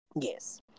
Yes